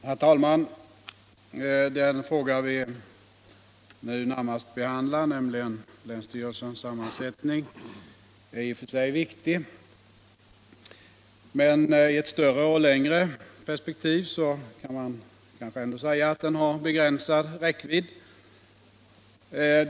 Herr talman! Den fråga vi nu närmast behandlar, nämligen länsstyrelses sammansättning, är i och för sig viktig. Men i ett större och längre perspektiv kan man kanske ändå säga att den har begränsad räckvidd.